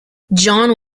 john